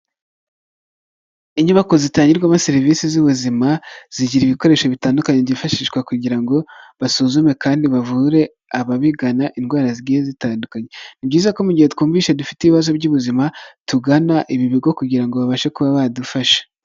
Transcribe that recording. Inyubako zitangirwamo serivisi z'ubuzima, zigira ibikoresho bitandukanye byifashishwa kugira ngo basuzume kandi bavure ababigana indwara zigiye zitandukanye, ni byiza ko mu gihe twumvishe dufite ibibazo by'ubuzima, tugana ibi bigo kugira ngo babashe kuba badufashe.